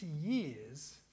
years